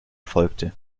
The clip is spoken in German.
folgte